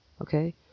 okay